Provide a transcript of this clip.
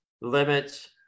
limits